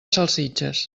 salsitxes